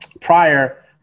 prior